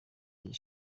ibiri